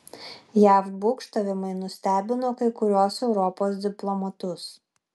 jav būgštavimai nustebino kai kuriuos europos diplomatus